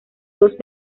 dos